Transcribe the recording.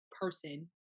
person